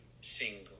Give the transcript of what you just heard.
single